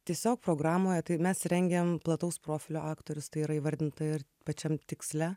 tiesiog programoje tai mes rengiam plataus profilio aktorius tai yra įvardinta ir pačiam tiksle